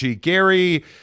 Gary